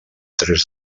tres